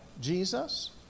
Jesus